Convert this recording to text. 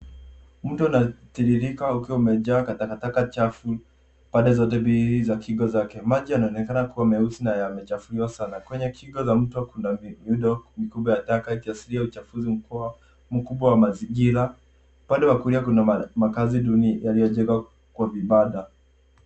Mto unatiririka ukiwa umejaa takataka chafu pande zote mbili za kingo zake. Maji yanaonekana kuwa meusi na yamechafuliwa sana. Kwenye kingo la mto kuna viundo mikubwa ya taka ikiashiria uchafuzi mkubwa wa mazingira. Upande wa kulia kuna makazi duni yaliyojengwa kwa vibanda.